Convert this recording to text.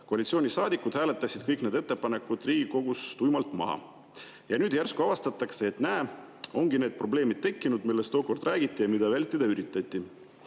Koalitsioonisaadikud hääletasid kõik need ettepanekud Riigikogus tuimalt maha ja nüüd järsku avastatakse, et näe, ongi tekkinud need probleemid, millest tookord räägiti ja mida vältida üritati.